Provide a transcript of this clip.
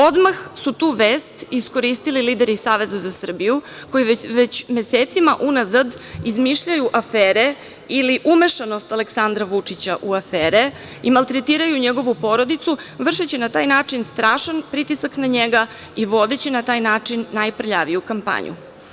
Odmah su tu vest iskoristili lideri iz Saveza za Srbiju, koji već mesecima unazad izmišljaju afere ili umešanost Aleksandra Vučića u afere i maltretiraju njegovu porodicu, vršeći na taj način strašan pritisak na njega i vodeći na taj način najprljaviju kampanju.